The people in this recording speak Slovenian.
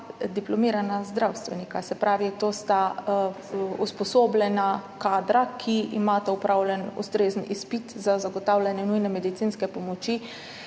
diplomirana zdravstvenika, se pravi, to sta usposobljena kadra, ki imata opravljen ustrezen izpit za zagotavljanje nujne medicinske pomoči.